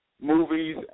movies